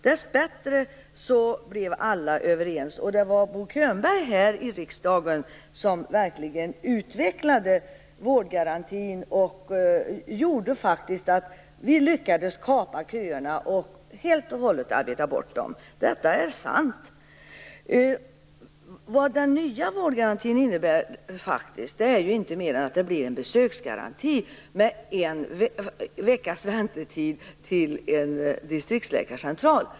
Dessbättre blev alla överens, och det var Bo Könberg här i riksdagen som verkligen utvecklade vårdgarantin och som gjorde att vi faktiskt lyckades kapa köerna och helt och hållet arbeta bort dem. Detta är sant. Den nya vårdgarantin innebär helt enkelt att vi får en besöksgaranti, med en veckas väntetid till en distriktsläkarcentral.